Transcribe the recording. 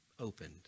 Opened